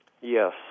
Yes